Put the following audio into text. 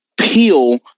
peel